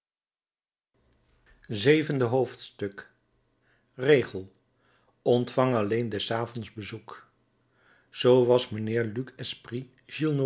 zevende hoofdstuk regel ontvang alleen des avonds bezoek zoo was mijnheer